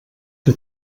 que